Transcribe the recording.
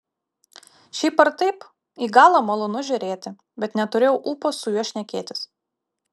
šiaip ar taip į galą malonu žiūrėti bet neturėjau ūpo su juo šnekėtis